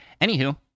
Anywho